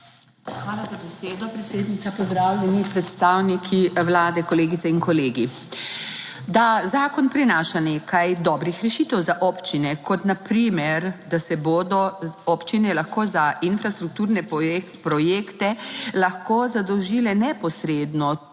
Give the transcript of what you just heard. Hvala za besedo, predsednica. Pozdravljeni, predstavniki Vlade, kolegice in kolegi. Da, zakon prinaša nekaj dobrih rešitev za občine, kot na primer, da se bodo občine lahko za infrastrukturne projekte lahko zadolžile neposredno